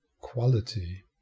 quality